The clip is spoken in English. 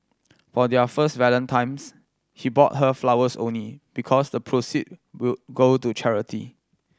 for their first Valentine's he bought her flowers only because the proceed will go to charity